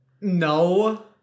no